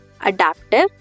Adaptive